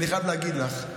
אני חייב להגיד לך,